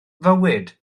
fywyd